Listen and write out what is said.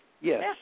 yes